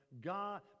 god